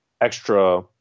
extra